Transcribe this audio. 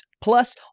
Plus